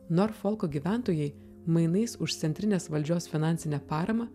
norfolko gyventojai mainais už centrinės valdžios finansinę paramą